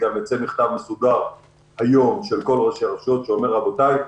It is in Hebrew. גם ייצא מכתב מסודר היום של כל ראשי הרשויות שאומר: רבותי,